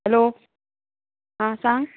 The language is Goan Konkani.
हॅलो आं सांग